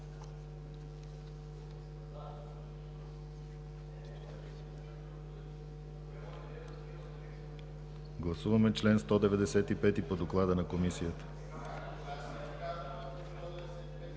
Гласуваме чл. 195 по доклада на Комисията.